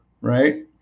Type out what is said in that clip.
right